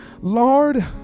Lord